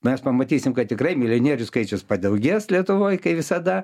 mes pamatysim kad tikrai milijonierių skaičius padaugės lietuvoj kai visada